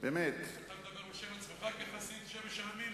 אתה מדבר בשם עצמך כחסיד "שמש העמים"?